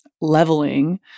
leveling